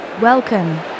Welcome